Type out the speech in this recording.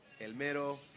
Elmero